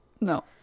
No